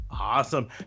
awesome